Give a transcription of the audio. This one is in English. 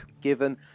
Given